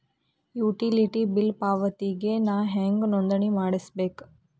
Utility bill ಪಾವತಿಗೆ ನಾ ಹೆಂಗ್ ನೋಂದಣಿ ಮಾಡ್ಸಬೇಕು?